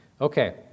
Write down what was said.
okay